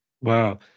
Wow